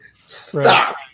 Stop